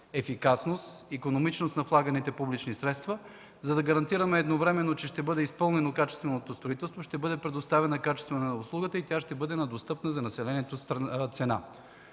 ефикасност, икономичност на влаганите публични средства, за да гарантираме едновременно, че строителството ще бъде изпълнено качествено, ще бъде предоставена качествена услуга и тя ще бъде на достъпна за населението цена.